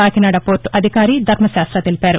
కాకినాడ పోర్లు అధికారి ధర్మశాస్త తెలిపారు